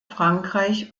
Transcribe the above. frankreich